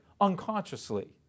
unconsciously